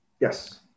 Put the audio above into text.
yes